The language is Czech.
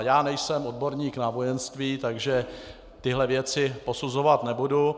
Já nejsem odborník na vojenství, takže tyto věci posuzovat nebudu.